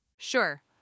Sure